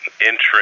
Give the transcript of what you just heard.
interest